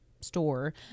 store